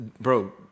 bro